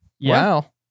Wow